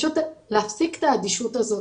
פשוט להפסיק את האדישות הזאת.